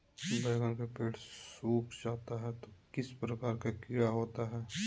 बैगन के पेड़ सूख जाता है तो किस प्रकार के कीड़ा होता है?